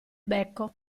becco